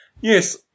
yes